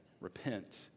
Repent